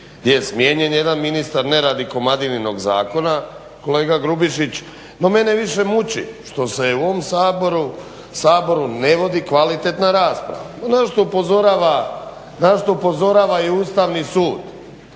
gdje je smijenjen jedan ministar, ne radi Komadininog zakona kolega Grubišić. No mene više muči što se u ovom Saboru ne vodi kvalitetna rasprava na što upozorava i Ustavni sud.